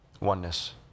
Oneness